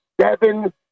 seven